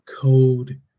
code